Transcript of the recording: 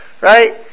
Right